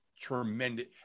tremendous